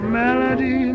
melody